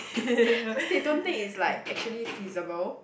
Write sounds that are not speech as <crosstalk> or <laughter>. <breath> cause they don't think it's like actually feasible